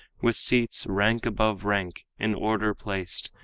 with seats, rank above rank, in order placed,